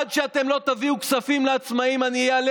עד שאתם לא תביאו כספים לעצמאים אני אעלה